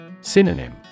Synonym